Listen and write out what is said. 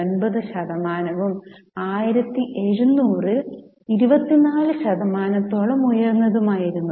9 ശതമാനവും 1700 ൽ 24 ശതമാനത്തോളം ഉയർന്നതുമായിരുന്നു